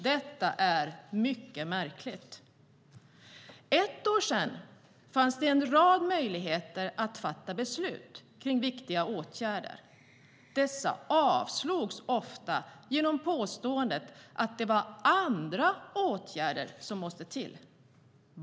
Detta är mycket märkligt. För ett år sedan fanns det en rad möjligheter att fatta beslut kring viktiga åtgärder. Dessa avslogs ofta genom påståendet att det var andra åtgärder som måste till.